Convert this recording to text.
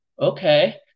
okay